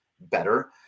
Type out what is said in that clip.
better